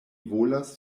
volas